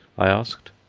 i asked.